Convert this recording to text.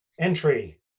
entry